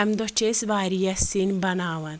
امہِ دۄہ چھِ أسۍ واریاہ سِینۍ بَناوان